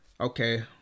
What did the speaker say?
Okay